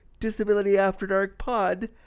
disabilityafterdarkpod